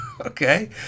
Okay